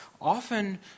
often